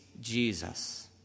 Jesus